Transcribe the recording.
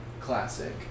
Classic